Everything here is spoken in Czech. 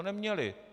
Neměli.